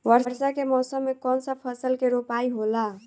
वर्षा के मौसम में कौन सा फसल के रोपाई होला?